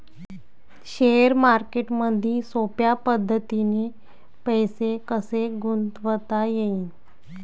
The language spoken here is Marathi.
शेअर मार्केटमधी सोप्या पद्धतीने पैसे कसे गुंतवता येईन?